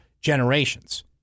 generations